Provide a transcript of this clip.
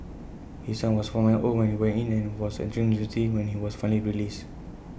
his son was five months old when he went in and was entering university when he was finally released